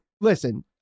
listen